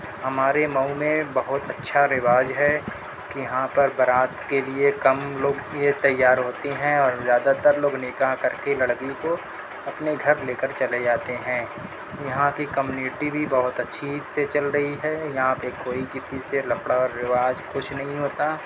ہمارے مئو میں بہت اچھا رواج ہے کہ یہاں پر بارات کے لئے کم لوگ یہ تیار ہوتے ہیں اور زیادہ تر لوگ نکاح کر کے لڑکی کو اپنے گھر لے کر چلے جاتے ہیں یہاں کی کمیونیٹی بھی اچھی سے چل رہی ہے یہاں پہ کوئی کسی سے لفڑا رواج کچھ نہیں ہوتا